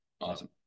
Awesome